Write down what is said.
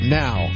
now